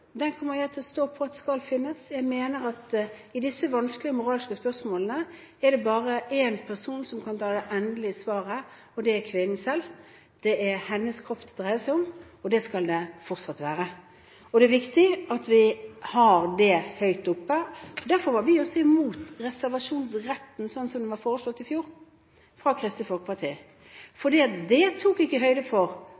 den kommer jeg til å stå på at skal finnes. Jeg mener at i disse vanskelige moralske spørsmålene er det bare én person som kan ha det endelige svaret, og det er kvinnen selv. Det er hennes kropp det dreier seg om, og det skal det fortsatt være. Det er viktig at vi har det høyt oppe. Derfor var vi også imot reservasjonsretten, sånn som den var foreslått i fjor fra Kristelig Folkeparti,